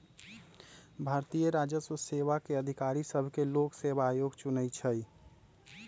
भारतीय राजस्व सेवा के अधिकारि सभके लोक सेवा आयोग चुनइ छइ